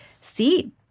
see